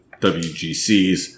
WGCs